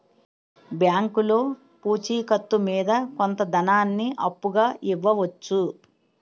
బ్యాంకులో పూచి కత్తు మీద కొంత ధనాన్ని అప్పుగా ఇవ్వవచ్చు